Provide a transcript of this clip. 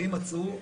ואם מצאו,